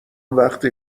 وقتی